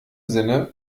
sinne